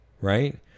right